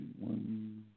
One